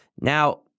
Now